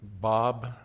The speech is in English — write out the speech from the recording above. Bob